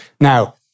Now